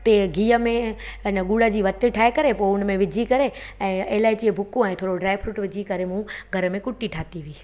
टेअ गिह में इन ॻुड़ जी वथ ठाहे करे पोइ हुन में विझी करे ऐं इलाइचीअ बुकुं ऐं थोरो ड्राए फ्रुट विझी करे मूं घर में कुटी ठाती हुई